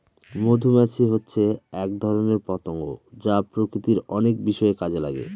মধুমাছি হচ্ছে এক ধরনের পতঙ্গ যা প্রকৃতির অনেক বিষয়ে কাজে লাগে